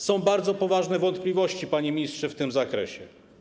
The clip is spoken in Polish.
Są bardzo poważne wątpliwości, panie ministrze, w tym zakresie.